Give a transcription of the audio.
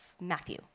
Matthew